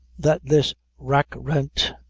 that this rack-rent,